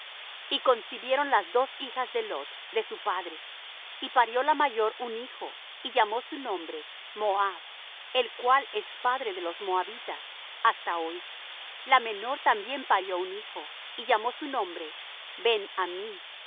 y concibieron las dos hijas de lot de su padre y parió la mayor un hijo y llamó su nombre moab el cual es padre de los moabitas hasta hoy la menor también parió un hijo y llamó su nombre ben ammí el cual es